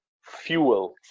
fuel